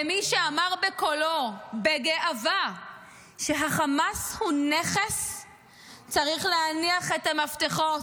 ומי שאמר בקולו בגאווה שהחמאס הוא נכס צריך להניח את המפתחות,